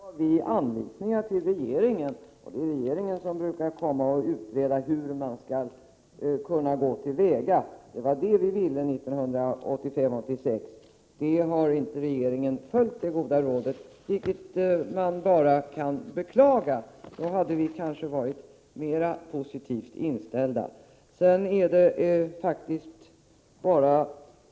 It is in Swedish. Fru talman! Apropå det senaste är det faktiskt så, att vi gav anvisningar till regeringen. Det är regeringen som brukar utreda hur man skall gå till väga. Det var det vi ville 1985/86, men det goda rådet har inte regeringen följt, vilket man bara kan beklaga. Annars hade vi kanske varit mera positivt inställda.